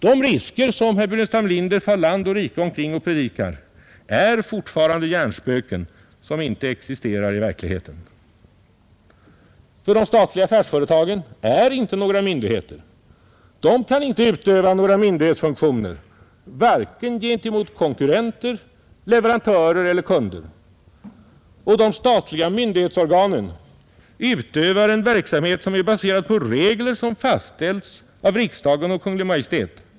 De risker som herr Burenstam Linder far land och rike omkring och predikar är fortfarande hjärnspöken, som inte existerar i verkligheten. För de statliga affärsföretagen är inte några myndigheter. De kan inte utöva några myndighetsfunktioner, vare sig gentemot konkurrenter, leverantörer eller kunder. De statliga myndighetsorganen utövar en verksamhet som är baserad på regler som fastställts av riksdagen och Kungl. Maj:t.